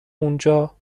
اونجا